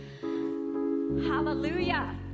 Hallelujah